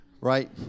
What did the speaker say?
Right